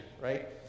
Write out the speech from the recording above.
right